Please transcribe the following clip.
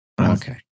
Okay